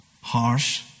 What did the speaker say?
harsh